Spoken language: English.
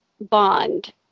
bond